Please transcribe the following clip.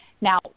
Now